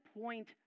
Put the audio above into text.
point